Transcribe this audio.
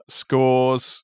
scores